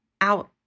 out